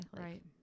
Right